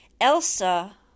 Elsa